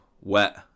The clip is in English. wet